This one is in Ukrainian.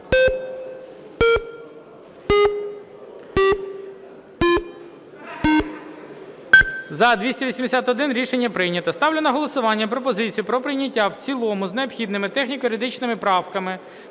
За-281 Рішення прийнято. Ставлю на голосування пропозицію про прийняття в цілому з необхідними техніко-юридичними правками